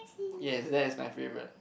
yes that is my favourite